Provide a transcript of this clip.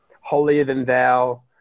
holier-than-thou